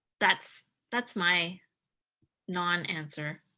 that's that's my non-answer